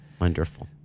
Wonderful